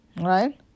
Right